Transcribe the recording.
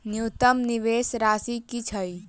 न्यूनतम निवेश राशि की छई?